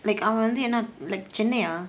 like அவன் வந்து என்ன:avan vanthu enna chennai ah